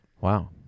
Wow